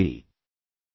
ಎಂದು ನಾನು ಬಯಸುತ್ತೇನೆ